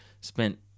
Spent